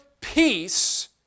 peace